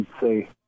say